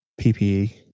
PPE